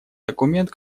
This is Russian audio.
документ